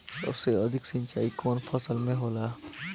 सबसे अधिक सिंचाई कवन फसल में होला?